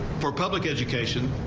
for public education.